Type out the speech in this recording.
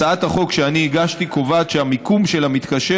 הצעת החוק שאני הגשתי קובעת שהמיקום של המתקשר